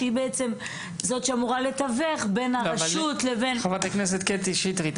שהיא זו שאמורה לתווך בין הרשות --- חברת הכנסת קטי שטרית,